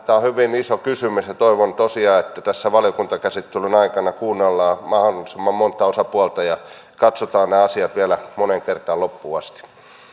tämä on hyvin iso kysymys toivon tosiaan että tässä valiokuntakäsittelyn aikana kuunnellaan mahdollisimman montaa osapuolta ja katsotaan nämä asiat vielä moneen kertaan loppuun asti